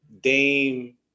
Dame